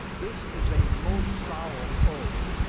this is a most solemn oath.